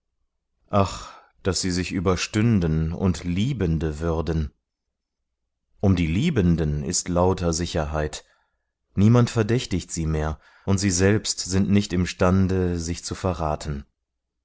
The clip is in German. ach daß sie sich überstünden und liebende würden um die liebenden ist lauter sicherheit niemand verdächtigt sie mehr und sie selbst sind nicht imstande sich zu verraten